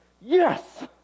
Yes